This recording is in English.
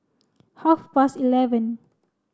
half past eleven